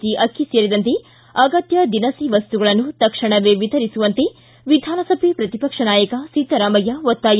G ಅಕ್ಕಿ ಸೇರಿದಂತೆ ಅಗತ್ಯ ದಿನಸಿ ವಸ್ತುಗಳನ್ನು ತಕ್ಷಣವೇ ವಿತರಿಸುವಂತೆ ವಿಧಾನಸಭೆ ಪ್ರತಿಪಕ್ಷ ನಾಯಕ ಸಿದ್ದರಾಮಯ್ಯ ಒತ್ತಾಯ